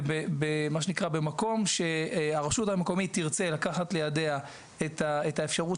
ובמקום שהרשות המקומית תרצה לקחת לידיה את האפשרות